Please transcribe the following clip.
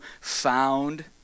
found